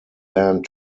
land